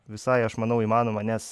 visai aš manau įmanoma nes